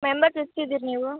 members ಎಷ್ಟು ಇದ್ದೀರ ನೀವು